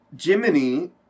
Jiminy